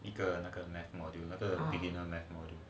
一个那个 math module 那个 already now